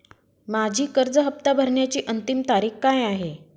माझी कर्ज हफ्ता भरण्याची अंतिम तारीख काय आहे?